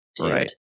Right